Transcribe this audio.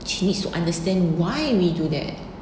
she needs to understand why we do that